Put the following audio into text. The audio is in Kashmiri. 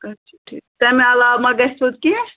اچھا ٹھیٖک تَمہِ عَلاوٕ ما گژھِ پَتہٕ کیٚنٛہہ